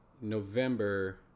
November